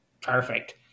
Perfect